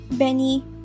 Benny